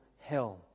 hell